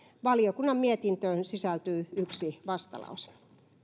valiokunnan mietintöön sisältyy yksi vastalause